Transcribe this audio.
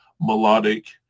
melodic